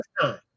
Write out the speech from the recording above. time